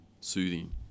soothing